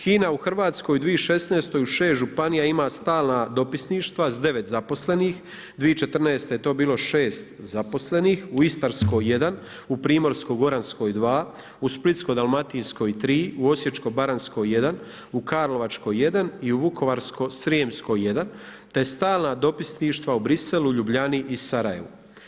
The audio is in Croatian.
HINA u Hrvatskoj u 2016. u 6 županija ima stalna dopisništva s 9 zaposlenih, 2014. to je bilo 6 zaposlenih, u Istarskoj 1, u Primorsko goranskoj 2, u Splitskoj dalmatinskoj 3, u Osječko baranjskoj 1, u Karlovačkoj 1 i u Vukovarsko srijemsko 1, te stalna dopisništva u Bruxellesu, Ljubljani i Sarajevu.